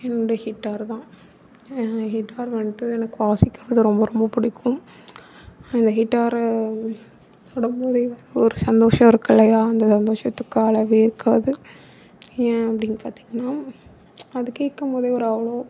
ஹிட்டார் தான் ஹிட்டார் வந்ட்டு எனக்கு வாசிக்கிறது ரொம்ப ரொம்ப பிடிக்கும் அந்த ஹிட்டாரதொடம்போதே ஒரு சந்தோஷம் இருக்குல்லையா அந்த சந்தோஷத்துக்கு அளவே இருக்காது ஏன் அப்படின்னு பார்த்தீங்கன்னா அது கேட்கும்போதே ஒரு அவ்வளோ